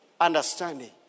understanding